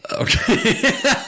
Okay